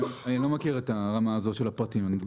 אני לא מכיר את הרמה הזו של הפרטים.